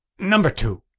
number two.